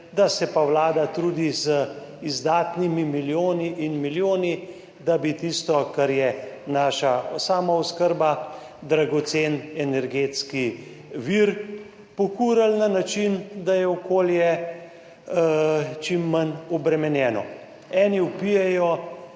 da se pa vlada trudi z izdatnimi milijoni in milijoni, da bi tisto, kar je naša samooskrba, dragocen energetski vir, pokurili na način, da je okolje čim manj obremenjeno. Eni vpijejo,